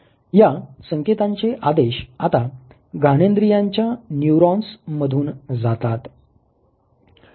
या संकेतांचे आदेश आता घानेन्द्रीयांच्या न्युरोन्स मधून जातात